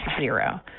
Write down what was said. zero